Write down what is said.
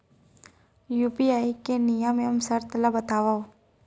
UPI के नियम एवं शर्त ला बतावव